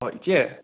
ꯑꯣ ꯏꯆꯦ